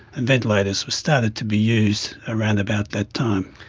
and ventilators started to be used around about that time.